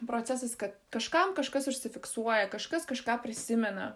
procesas kad kažkam kažkas užsifiksuoja kažkas kažką prisimena